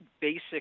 basic